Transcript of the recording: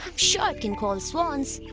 sure it can call swans.